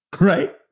right